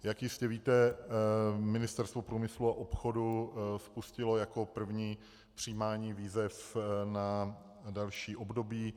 Jak jistě víte, Ministerstvo průmyslu a obchodu spustilo jako první přijímání výzev na další období.